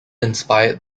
inspired